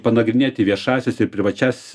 panagrinėti viešąsias ir privačias